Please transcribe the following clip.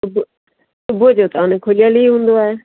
सुबु सुबुह जो त हाणे खुलियल ई हूंदो आहे